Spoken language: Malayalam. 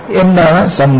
എന്താണ് സംഗ്രഹം